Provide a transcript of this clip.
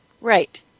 Right